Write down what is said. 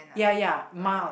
ya ya mild